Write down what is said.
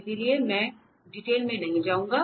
इसलिए मैं डिटेल में नहीं जाऊंगा